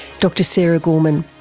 dr sara gorman.